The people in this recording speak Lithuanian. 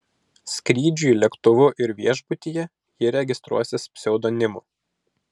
skrydžiui lėktuvu ir viešbutyje ji registruosis pseudonimu